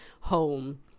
home